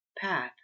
path